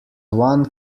one